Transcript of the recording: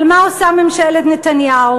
אבל מה עושה ממשלת נתניהו?